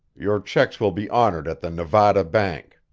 your checks will be honored at the nevada bank.